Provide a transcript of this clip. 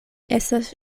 estas